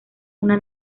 una